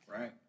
Right